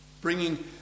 Bringing